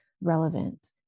relevant